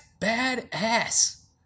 badass